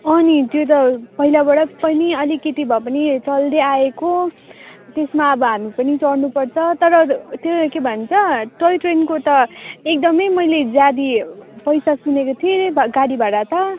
अँ नि त्यो त पहिलाबाट पनि अलिकति भए पनि चल्दैआएको त्यसमा अब हामी पनि चढ्नुपर्छ तर त्यो के भन्छ टोय ट्रेनको त एकदमै मैले ज्यादै पैसा सुनेको थिएँ त गाडी भाडा त